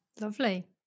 Lovely